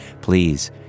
Please